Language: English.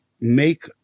make